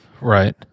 right